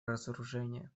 разоружения